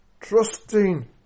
Trusting